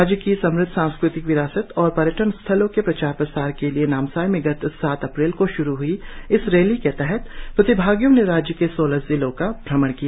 राज्य की समुद्ध सांस्कृति विरासत और पर्यटन स्थलों के प्रचार प्रसार के लिए नामसाई से गत सात अप्रैल को शुरू हई इस रैली के तहत प्रतिभागियों ने राज्य के सोलह जिलों का भम्रण किया